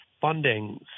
funding